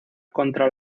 contra